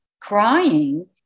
crying